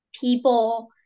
people